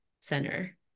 center